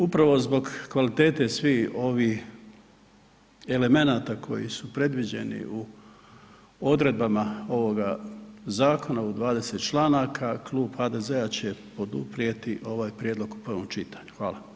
Upravo zbog kvalitete svih ovih elemenata koji su predviđeni u odredbama ovoga zakona u 20 članaka, klub HDZ-a će poduprijeti ovaj prijedlog u prvom čitanju, hvala.